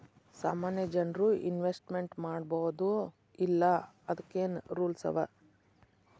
ಸಾಮಾನ್ಯ ಜನ್ರು ಇನ್ವೆಸ್ಟ್ಮೆಂಟ್ ಮಾಡ್ಬೊದೋ ಇಲ್ಲಾ ಅದಕ್ಕೇನ್ ರೂಲ್ಸವ?